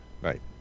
Right